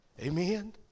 Amen